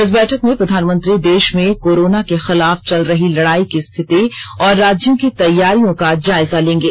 इस बैठक में प्रधानमंत्री देष में कोरोना के खिलाफ चल रही लड़ाई की रिथति और राज्यों की तैयारियों का जायजा लेंगे